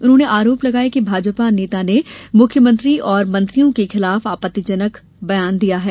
उन्होंने आरोप लगाया कि भाजपा नेता ने मुख्यमंत्री और मंत्रियों के खिलाफ आपत्तिजनक बयान दिया है